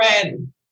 friend